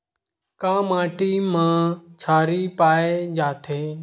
का माटी मा क्षारीय पाए जाथे?